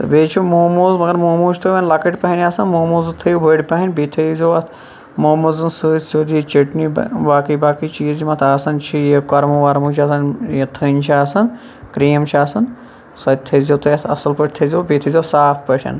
تہٕ بییٚہِ چھِ موموز مَگَر موموز چھِ تۄہہِ وۄنۍ لۄکٕٹۍ پَہَم آسان موموز تھٲیِو بٔڈۍ پَہَم بییٚہِ تھٲیزیٚو اتھ موموزَن سۭتۍ سۭتۍ چٹنی باقی باقی چیٖز یِم اَتھ آسان چھِ یہِ کۄرمہٕ وۄرمہٕ چھُ آسان یہِ تھٔنۍ چھِ آسان کریٖم چھِ آسان سۄ تہِ تھٲیزیٚو تُہۍ اَتھ اصٕل پٲٹھۍ تھٲیزیٚو بییٚہِ تھٲزیٚو صاف پٲٹھۍ